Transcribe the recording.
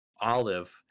olive